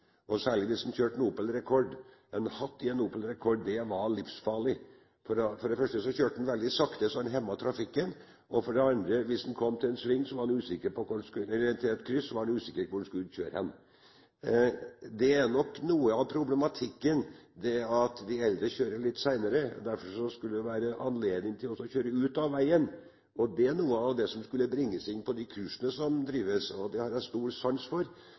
«hattkall», særlig hvis han kjørte en Opel Rekord. En med hatt i en Opel Rekord var livsfarlig. For det første kjørte han veldig sakte, så han hemmet trafikken, og for det andre, når han kom til et kryss, var han usikker på hvor han skulle kjøre hen. Noe av problematikken er nok at de eldre kjører litt saktere. Derfor skulle det ha vært anledning til å kjøre ut av veien. Det er noe av det som kommer opp i de kursene som holdes, og jeg har stor sans for